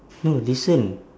no listen